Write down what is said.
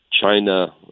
China